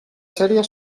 sèrie